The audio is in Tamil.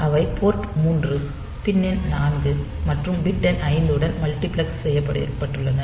அவை போர்ட் 3 பிட் எண் 4 மற்றும் பிட் எண் 5 உடன் மல்டிபிளக்ஸ் செய்யப்பட்டுள்ளன